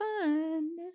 fun